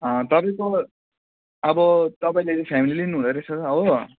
तपाईँको अब तपाईँले फ्यामिली लिनुहुँदै रहेछ हो